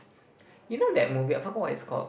you know that movie I forgot what it's called